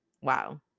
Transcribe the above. Wow